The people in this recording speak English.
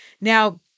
Now